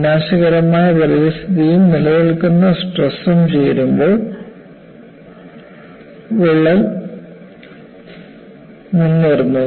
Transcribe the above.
വിനാശകരമായ പരിതസ്ഥിതിയും നിലനിൽക്കുന്ന സ്ട്രെസ് ഉം ചേരുമ്പോൾ വിള്ളൽ മുന്നേറുന്നു